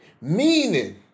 Meaning